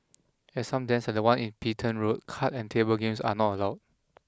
at some dens at the one in Petain Road card and table games are not allowed